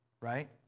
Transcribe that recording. Right